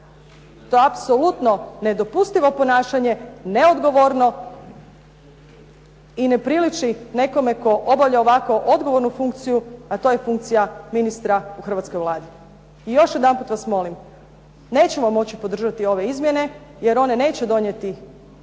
To je apsolutno nedopustivo ponašanje, neodgovorno i ne priliči nekome tko obavlja ovako odgovornu funkciju, a to je funkcija ministra u hrvatskoj Vladi. I još jedanput vas molim, nećemo moći podržati ovakve izmjene, jer one neće donijeti